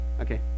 Okay